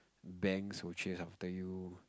banks will chase after you